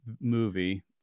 movie